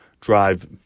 drive